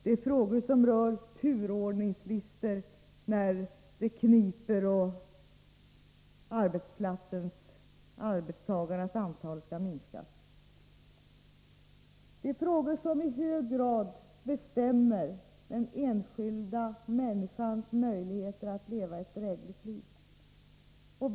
Det kan gälla turordningslistor när det kniper och att arbetarnas antal skall minskas. Det är alltså frågor som i hög grad bestämmer den enskilda människans möjligheter att leva ett drägligt liv.